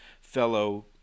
fellow